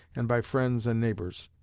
and by friends and neighbors.